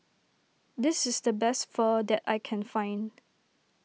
this is the best Pho that I can find